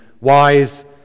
wise